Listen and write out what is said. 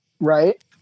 right